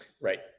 Right